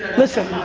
listen,